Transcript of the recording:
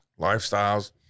Lifestyles